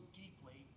deeply